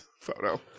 photo